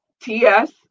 TS